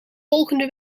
volgende